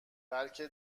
بلکه